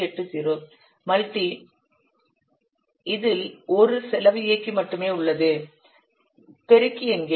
80 multi இதில் ஒரு செலவு இயக்கி மட்டுமே உள்ளது பெருக்கி எங்கே